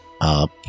up